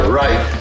right